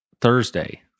Thursday